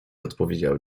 odpowiedział